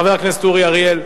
חבר הכנסת אורי אריאל,